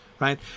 Right